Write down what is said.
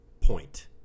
point